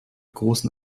großen